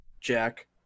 Jack